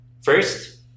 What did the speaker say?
First